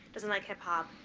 doesn't like hip hop.